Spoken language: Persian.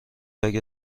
اگر